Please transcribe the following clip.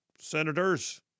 senators